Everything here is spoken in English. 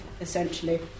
essentially